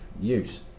use